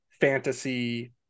fantasy